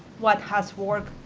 what has worked?